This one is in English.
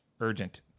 urgent